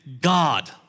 God